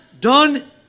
done